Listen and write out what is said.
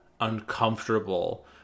uncomfortable